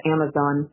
Amazon